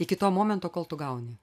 iki to momento kol tu gauni